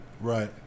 right